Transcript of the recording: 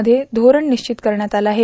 मध्ये धोरण निश्वित करण्यात आलं आहे